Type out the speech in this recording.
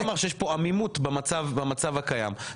יש עמימות במצב הקיים.